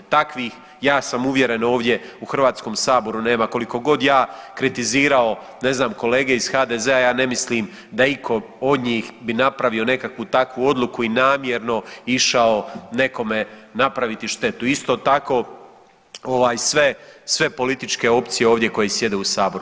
Takvih ja sam uvjeren ovdje u HS nema, koliko god ja kritizirao ne znam kolege iz HDZ-a ja ne mislim da iko od njih bi napravio nekakvu takvu odluku i namjerno išao nekome napraviti štetu, isto tako ovaj sve, sve političke opcije ovdje koji sjede u saboru.